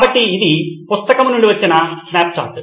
కాబట్టి ఇది పుస్తకం నుండి వచ్చిన స్నాప్షాట్